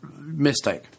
mistake